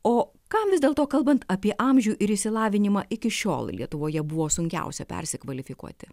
o kam vis dėlto kalbant apie amžių ir išsilavinimą iki šiol lietuvoje buvo sunkiausia persikvalifikuoti